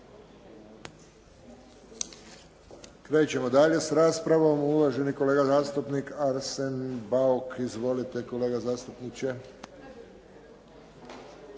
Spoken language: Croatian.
Krećemo dalje s raspravom uvaženi kolega zastupnik Arsen Bauk. Izvolite kolega zastupniče.